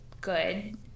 good